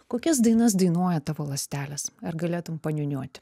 kokias dainas dainuoja tavo ląstelės ar galėtum paniūniuot